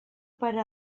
per